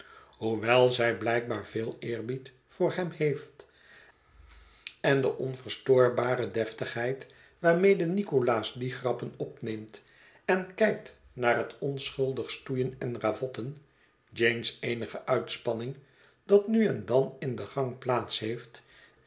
hoewel zij blijkbaar veel eerbied voor hem heeft en de onverstoorbare deftigheid waarmede nicholas die grappen opneemt en kijkt naar het onschuldig stoeien en ravotten jane's eenige uitspanning dat nu en dan in den gang plaats heeft